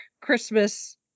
Christmas